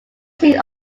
seen